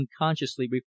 unconsciously